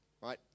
right